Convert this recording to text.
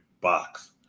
box